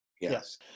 Yes